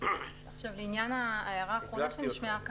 לעניין ההערה האחרונה שנשמעה כאן,